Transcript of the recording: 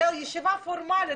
זו ישיבה פורמלית.